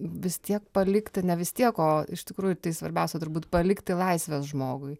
vis tiek palikti ne vis tiek o iš tikrųjų tai svarbiausia turbūt palikti laisvės žmogui